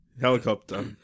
helicopter